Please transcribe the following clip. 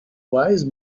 wise